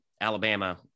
Alabama